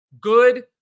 Good